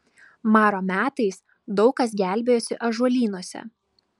maro metais daug kas gelbėjosi ąžuolynuose